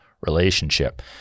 relationship